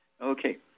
Okay